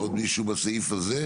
עוד משיהו בסעיף הזה?